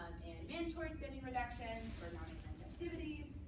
and mandatory spending reduction for non-essential activities.